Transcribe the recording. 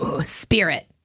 Spirit